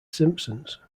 simpsons